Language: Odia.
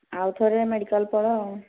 ଆଉ ଥରେ ମେଡ଼ିକାଲ୍ ପଳାଅ ଆଉ